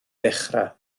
dechrau